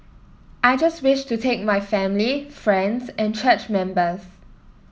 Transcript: I just wish to thank my family friends and church members